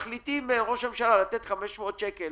וכשראש הממשלה מחליט לתת 500 שקל